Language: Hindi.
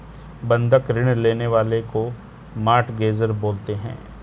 बंधक ऋण लेने वाले को मोर्टगेजेर बोलते हैं